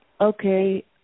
okay